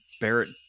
Barrett